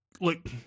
look